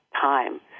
time